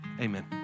amen